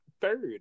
Third